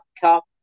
cup